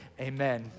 amen